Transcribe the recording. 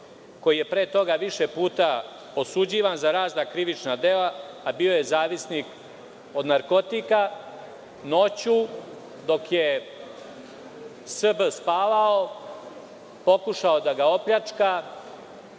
koji je pre toga više puta osuđivan za razna krivična dela, a bio je zavisnik od narkotika, noću dok je S.B. spavao, pokušao je da ga opljačka.